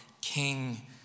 King